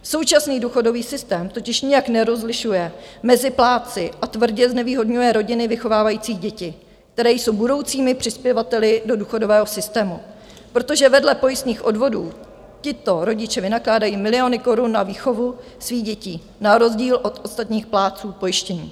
Současný důchodový systém totiž nijak nerozlišuje mezi plátci a tvrdě znevýhodňuje rodiny vychovávajících děti, které jsou budoucími přispěvateli do důchodového systému, protože vedle pojistných odvodů tito rodiče vynakládají miliony korun na výchovu svých dětí, na rozdíl od ostatních plátců pojištění.